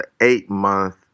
eight-month